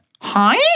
Hi